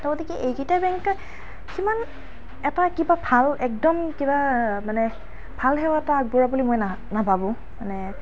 ত' গতিকে এইকেইটা বেংকে কিমান এটা কিবা ভাল একদম কিবা মানে ভাল সেৱা এটা আগবঢ়োৱা বুলি মই না নাভাবোঁ মানে